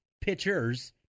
pitchers